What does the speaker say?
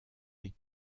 les